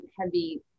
heavy